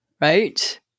Right